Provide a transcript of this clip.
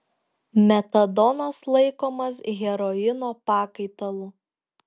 metadonas laikomas heroino pakaitalu